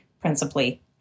principally